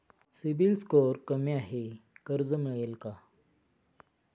CIBIL score कमी आहे कर्ज मिळेल का?